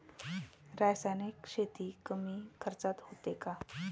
रासायनिक शेती कमी खर्चात होते का?